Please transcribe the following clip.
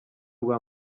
rwa